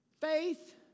Faith